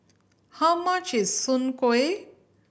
how much is Soon Kuih